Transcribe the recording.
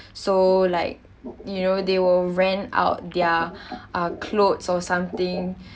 so like you know they will rent out their uh clothes or something